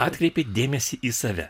atkreipė dėmesį į save